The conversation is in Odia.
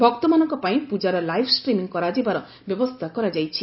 ଭକ୍ତମାନଙ୍କ ପାଇଁ ପୂଜାର ଲାଇଭ୍ ଷ୍ଟ୍ରିମିଙ୍ଗ୍ କରାଯିବାର ବ୍ୟବସ୍ଥା କରାଯାଇଛି